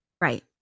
Right